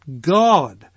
God